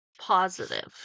positive